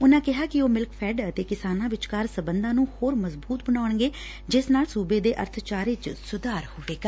ਉਨੂਾਂ ਕਿਹਾ ਕਿ ਉਹੇ ਮਿਲਕਫੈੱਡ ਅਤੇ ਕਿਸਾਨਾਂ ਵਿਚਕਾਰ ਸਬੰਧਾਂ ਨੁੰ ਹੋਰ ਮਜਬੁਤ ਬਣਾਉਣਗੇ ਜਿਸ ਨਾਲ ਸੁਬੇ ਦੇਂ ਅਰਬਚਾਰੇ ਚ ਸੁਧਾਰ ਹੋਵੇਗਾ